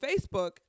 Facebook